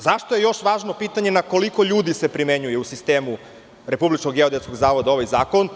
Zašto je još važno pitanje na koliko ljudi se primenjuje u sistemu Republičkog geodetskog zavoda ovaj zakon?